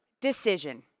decision